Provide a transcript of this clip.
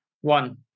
One